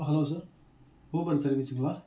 hello sir Uber சர்வீஸ்ங்களா